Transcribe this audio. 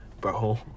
Bro